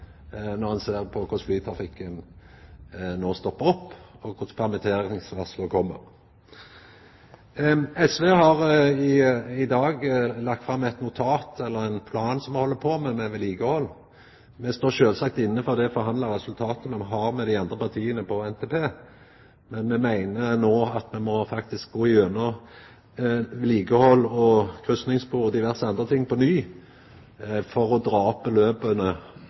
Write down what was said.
når ein ser på korleis flytrafikken no stoppar opp og permitteringsvarsla kjem. SV har i dag lagt fram ein plan som me held på med om vedlikehald. Me står sjølvsagt inne for det forhandla resultatet me har med dei andre partia på NTP, men me meiner no at me faktisk må gå igjennom vedlikehald og kryssingsspor og diverse andre ting på ny for å